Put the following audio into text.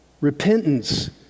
repentance